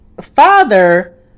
father